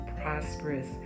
prosperous